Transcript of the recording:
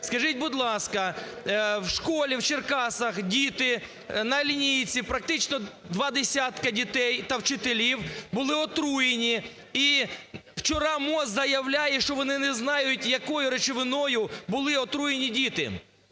Скажіть, будь ласка, в школі в Черкасах діти на лінійці, практично два десятки дітей та вчителів, були отруєні. І вчора МОЗ заявляє, що вони не знають, якою речовиною були отруєні діти.